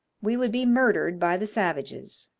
we would be murdered by the savages.